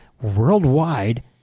worldwide